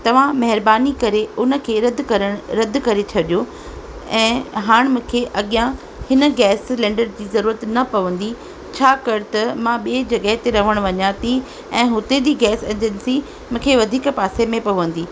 तव्हां महिरबानी करे उन खे रध करण रध करे छॾियो ऐं हाण मूंखे अॻियां हिन गैस सिलैंडर जी ज़रूरत त पवंदी छा कर त मां ॿिए जॻह ते रहण वञा थी ऐं हुते जी गैस एजेंसी मूंखे वधीक पासे में पवंदी